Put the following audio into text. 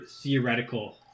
theoretical